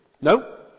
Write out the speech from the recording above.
No